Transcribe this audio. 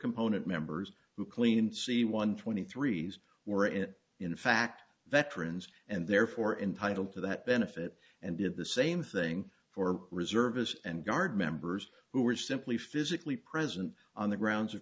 component members who clean c one twenty three were and in fact veterans and therefore entitled to that benefit and did the same thing for reservists and guard members who were simply physically present on the grounds of